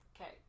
Okay